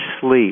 sleep